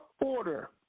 order